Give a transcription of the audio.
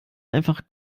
einfach